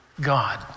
God